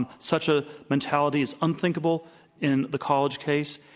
and such a mentality is unthinkable in the college case.